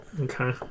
okay